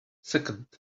second